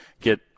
get